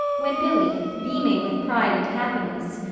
when billy, beaming with pride and happiness,